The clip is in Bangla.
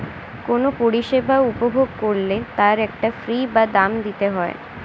কোনো পরিষেবা উপভোগ করলে তার একটা ফী বা দাম দিতে হয়